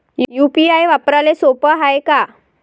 UPI वापराले सोप हाय का?